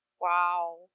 Wow